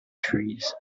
trees